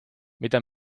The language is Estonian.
mida